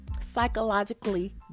psychologically